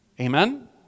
Amen